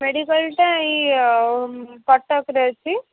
ମେଡ଼ିକାଲ୍ଟା ଏଇ କଟକରେ ଅଛି